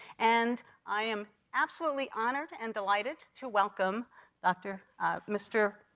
and i am absolutely honored and delighted to welcome dr mr.